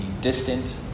distant